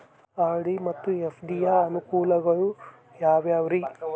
RD ಮತ್ತು FD ಯ ಅನುಕೂಲಗಳು ಯಾವ್ಯಾವುರಿ?